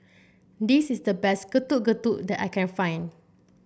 this is the best Getuk Getuk that I can find